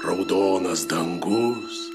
raudonas dangus